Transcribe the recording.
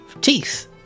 teeth